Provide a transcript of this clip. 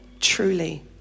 truly